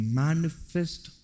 manifest